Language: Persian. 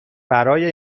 برای